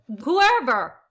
whoever